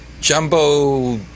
Jumbo